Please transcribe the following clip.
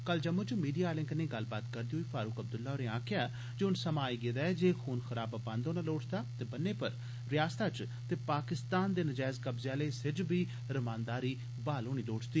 कल जम्मू च मीडिया आलें कन्नै गल्लबात करदे होई फारूक अब्दुल्ला होरें आक्खेआ जे हुन समा आई गेदा ऐ जे खुनखराबा बंद होना लोड़चदा ते बन्ने पर रयासतै च ते पाकिस्तान दे नजैज़ कब्जे आले हिस्सें च बी रमानदारी ब्हाल होनी लोड़चदी